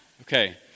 Okay